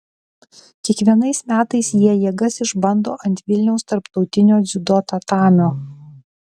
kiekvienais metais jie jėgas išbando ant vilniaus tarptautinio dziudo tatamio